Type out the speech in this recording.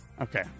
Okay